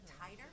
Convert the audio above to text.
tighter